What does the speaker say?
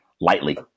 lightly